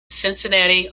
cincinnati